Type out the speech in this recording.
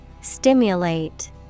Stimulate